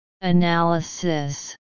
Analysis